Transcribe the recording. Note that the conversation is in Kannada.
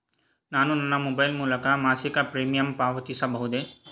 ನಾನು ನನ್ನ ಮೊಬೈಲ್ ಮೂಲಕ ಮಾಸಿಕ ಪ್ರೀಮಿಯಂ ಪಾವತಿಸಬಹುದೇ?